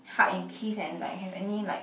hug and kiss and like have any like